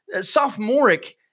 sophomoric